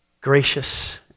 Gracious